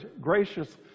gracious